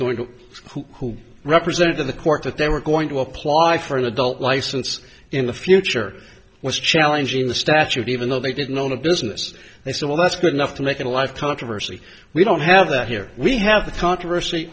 going to who represented to the court that they were going to apply for an adult license in the future was challenging the statute even though they didn't own a business and said well that's good enough to make a life controversy we don't have that here we have the controversy